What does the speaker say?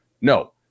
No